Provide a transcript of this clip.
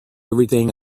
everything